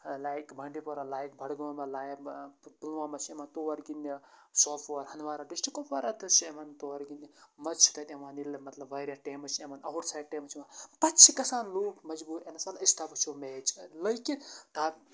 like Bandipora like Budgam like Pulwama چھِ یِوان تور گِنٛدنہِ سوپور ہندوارا ڈِسٹرک کُپوارہ تہِ چھِ یِوان تور گِنٛدنہِ مَزٕ چھُ تَتہِ یِوان ییٚلہِ مطلب واریاہ ٹایمٕز چھِ یِوان آوُٹ سایِڈ ٹایمہٕ چھِ یِوان پَتہٕ چھِ گژھان لوٗکھ مجبوٗر اِنسان أسۍ تہِ ہا وٕچھو میچ لٲگِتھ تاکہِ